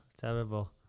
Terrible